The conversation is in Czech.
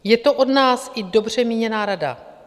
Je to od nás i dobře míněná rada.